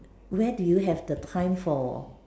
where do you have the time for